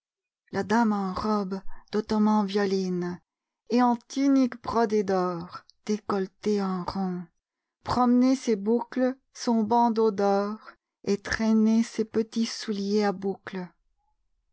la dame en robe d'ottoman violine et en tunique brodée d'or décolletée en rond promenait ses boucles son bandeau d'or et traînait ses petits souliers à boucles